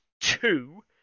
two